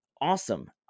awesome